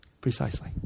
Precisely